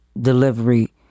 delivery